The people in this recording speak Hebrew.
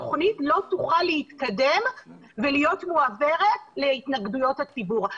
התכנית לא תוכל להתקדם ולהיות מועברת להתנגדויות הציבור.